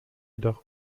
jedoch